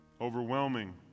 overwhelming